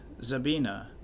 Zabina